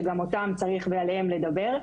שגם אותם ועליהם צריך לדבר.